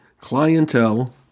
clientele